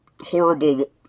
horrible